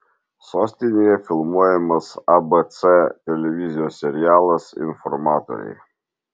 sostinėje filmuojamas abc televizijos serialas informatoriai